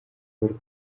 paul